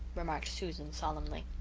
remarked susan solemnly.